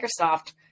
Microsoft